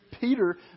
Peter